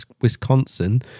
Wisconsin